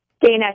Dana